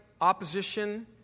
opposition